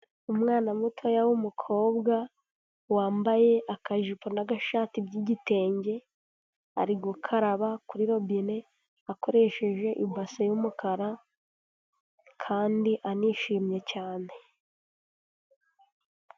Umwana mutoya w'umukobwa, wambaye akajipo n'agashati by'igitenge, ari gukaraba kuri robine, akoresheje ibase y'umukara kandi anishimye cyane.